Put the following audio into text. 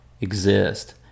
exist